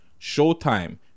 Showtime